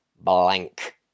blank